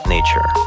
Nature